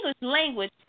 language